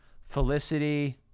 Felicity